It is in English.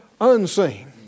unseen